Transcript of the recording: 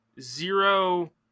zero